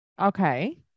okay